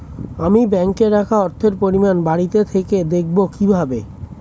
আমি ব্যাঙ্কে রাখা অর্থের পরিমাণ বাড়িতে থেকে দেখব কীভাবে?